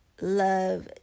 love